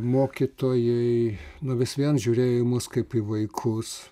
mokytojai vis vien žiūrėjo į mus kaip į vaikus